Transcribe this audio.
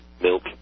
milk